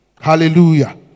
Hallelujah